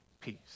peace